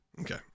Okay